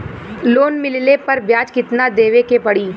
Loan मिलले पर ब्याज कितनादेवे के पड़ी?